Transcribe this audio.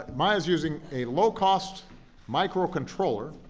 maya is using a low-cost microcontroller,